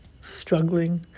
struggling